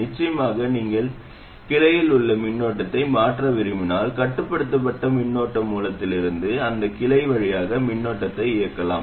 நிச்சயமாக நீங்கள் கிளையில் உள்ள மின்னோட்டத்தை மாற்ற விரும்பினால் கட்டுப்படுத்தப்பட்ட மின்னோட்ட மூலத்திலிருந்து அந்த கிளை வழியாக மின்னோட்டத்தை இயக்கலாம்